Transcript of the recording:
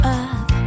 up